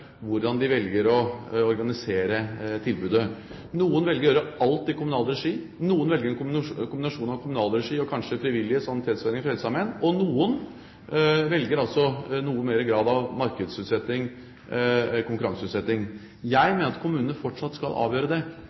hvordan de velger å organisere tilbudet. Noen velger å gjøre alt i kommunal regi, noen velger en kombinasjon av kommunal regi og kanskje frivillige som Sanitetsforeningen og Frelsesarmeen, og noen velger altså noe større grad av konkurranseutsetting. Jeg mener at kommunene fortsatt skal avgjøre det.